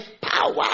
power